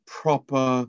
proper